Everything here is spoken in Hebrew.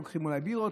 לוקחים אולי בירות,